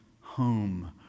home